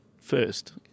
first